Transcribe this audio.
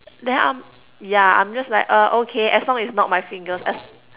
then I'm yeah I'm just like uh okay as long as it's not my fingers